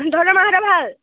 মাহঁতৰ ভাল